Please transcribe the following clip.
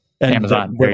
Amazon